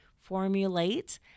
formulate